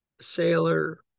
sailor